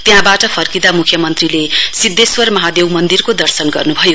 त्यहाँबाट फर्किदा मुख्यमन्त्रीले सिद्धेश्वर महादेव मन्दिरको दर्शन गर्नुभयो